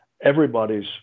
everybody's